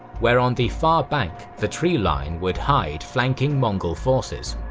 where on the far bank the treeline would hide flanking mongol forces.